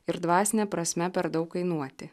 ir dvasine prasme per daug kainuoti